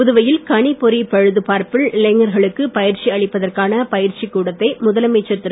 புதுவையில் கணிப்பொறிப் பழுதுபார்ப்பில் இளைஞர்களுக்கு பயிற்சி அளிப்பதற்கான பயிற்சி கூடத்தை முதலமைச்சர் திரு